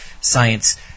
science